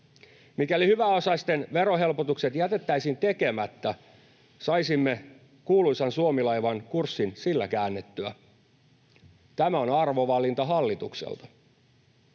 Mikäli hyväosaisten verohelpotukset jätettäisiin tekemättä, saisimme kuuluisan Suomi-laivan kurssin sillä käännettyä. Tämä on arvovalinta hallitukselta.